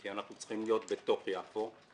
כי אנחנו צריכים להיות בתוך יפו,